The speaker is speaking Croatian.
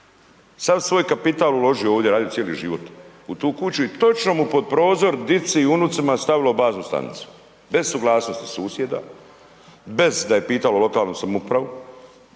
Sav svoj kapital uložio ovdje radi cijeli život u tu kući i točno mu pod prozor dici i unucima stavilo baznu stanicu. Bez suglasnosti susjeda, bez da je pitalo lokalnu samoupravu.